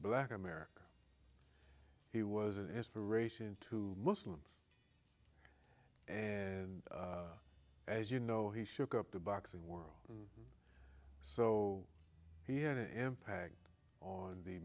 black america he was an inspiration to muslims and as you know he shook up the boxing world so he had an impact on the